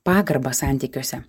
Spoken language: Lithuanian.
pagarbą santykiuose